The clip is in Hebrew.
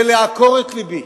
זה לעקור את לבי.